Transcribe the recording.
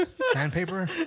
Sandpaper